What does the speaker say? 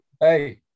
Hey